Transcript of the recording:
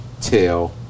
tell